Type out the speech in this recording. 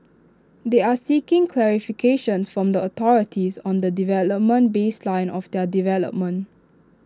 they are seeking clarification from the authorities on the development baseline of their development